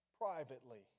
privately